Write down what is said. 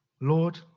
Lord